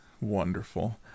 wonderful